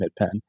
Midpen